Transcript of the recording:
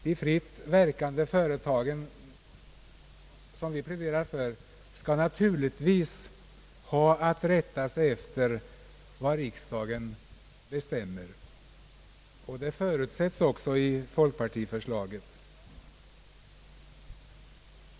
De fritt verkande företagen som vi pläderar för skall naturligtvis rätta sig efter vad riksdagen bestämmer. Detta förutsättes också i folkpartiförslaget.